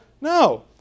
No